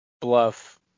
bluff